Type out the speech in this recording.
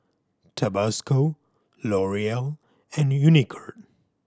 Tabasco L'Oreal and Unicurd